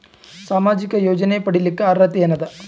ಸಾಮಾಜಿಕ ಯೋಜನೆ ಪಡಿಲಿಕ್ಕ ಅರ್ಹತಿ ಎನದ?